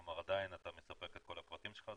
כלומר עדיין אתה מספק את כל הפרטים שלך,